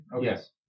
Yes